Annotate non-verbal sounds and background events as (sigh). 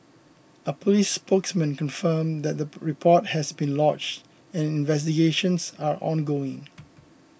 a police spokesman confirmed that the (unintelligible) report has been lodged and investigations are ongoing